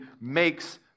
makes